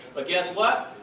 but guess what?